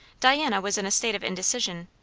diana was in a state of indecision,